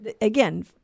again